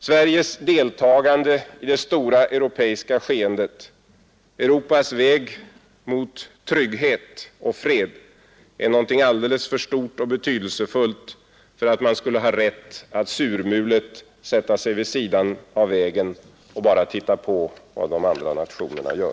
Sveriges deltagande i det stora europeiska skeendet, Europas väg mot trygghet och fred, är någonting alldeles för stort och betydelsefullt för att man skulle ha rätt att surmulet sätta sig vid sidan av vägen och bara titta på vad de andra nationerna gör.